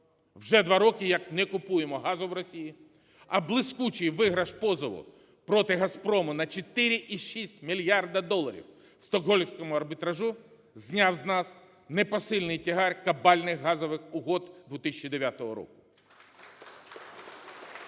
вже два роки не купуємо газу в Росії, а блискучий виграш позову проти "Газпрому" на 4,6 мільярди доларів у Стокгольмському арбітражі зняв з нас непосильний тягар кабальних газових угод 2009 року. (Оплески)